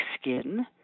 skin